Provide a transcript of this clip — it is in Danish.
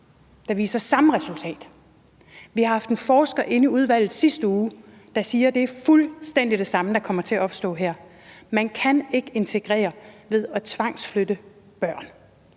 det viser samme resultat. Vi har haft en forsker inde i udvalget i sidste uge, der sagde, at det er fuldstændig det samme, der kommer til at opstå her. Man kan ikke integrere ved at tvangsflytte børn.